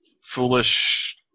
foolish